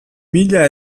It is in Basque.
mila